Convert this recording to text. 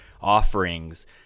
offerings